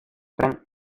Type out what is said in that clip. tren